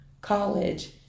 college